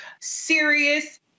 serious